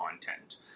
content